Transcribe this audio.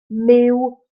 myw